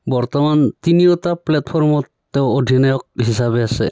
বৰ্তমান তিনিওটা প্লেটফৰ্মত তেওঁ অধিনায়ক হিচাপে আছে